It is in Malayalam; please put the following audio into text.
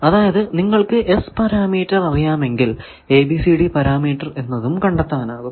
അതായതു നിങ്ങൾക്കു S പാരാമീറ്റർ അറിയാമെങ്കിൽ ABCD പാരാമീറ്റർ എന്നതും കണ്ടെത്താനാകും